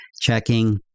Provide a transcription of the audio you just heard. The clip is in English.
checking